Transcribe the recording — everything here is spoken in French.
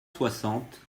soixante